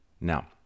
Now